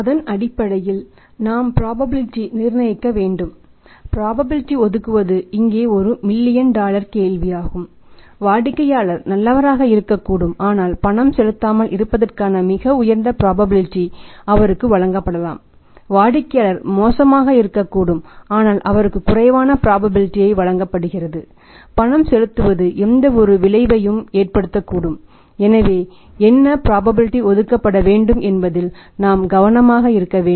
அதன் அடிப்படையில் நாம் ப்ராபபிலிடீ ஒதுக்கப்பட வேண்டும் என்பதில் நாம் கவனமாக இருக்க வேண்டும்